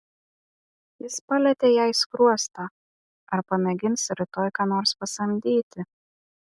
jis palietė jai skruostą ar pamėginsi rytoj ką nors pasamdyti